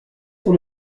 sur